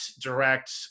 direct